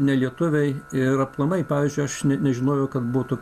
nelietuviai ir aplamai pavyzdžiui aš ne nežinojau kad būtų